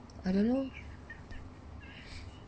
I don't know